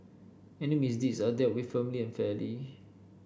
any misdeeds are dealt with firmly and fairly